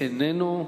איננו,